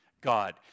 God